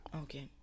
Okay